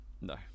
No